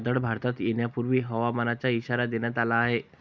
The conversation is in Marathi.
वादळ भारतात येण्यापूर्वी हवामानाचा इशारा देण्यात आला आहे